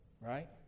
Right